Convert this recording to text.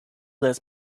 less